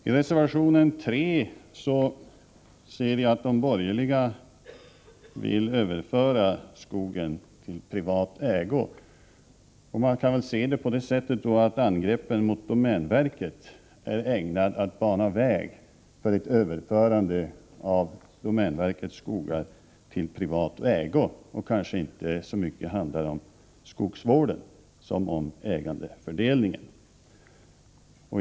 I reservation 3 kan jag läsa att de borgerliga vill överföra skogen till privat ägo. Man kan se det så att angreppen mot domänverket är ägnade att bana väg för ett överförande av domänverkets skogar till privat ägo. Det handlar kanske inte så mycket om skogsvården som om ägandefördelningen.